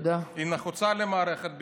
נחוצה למערכת הביטחון,